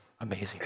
amazing